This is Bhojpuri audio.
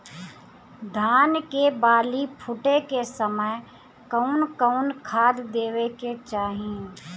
धान के बाली फुटे के समय कउन कउन खाद देवे के चाही?